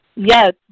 Yes